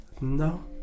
No